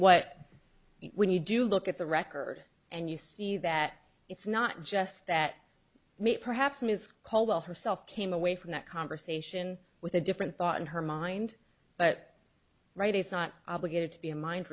what we need to look at the record and you see that it's not just that maybe perhaps ms caldwell herself came away from that conversation with a different thought in her mind but right is not obligated to be a mind